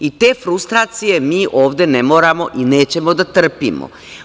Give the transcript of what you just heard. I, te frustracije mi ovde ne moramo i nećemo da trpimo.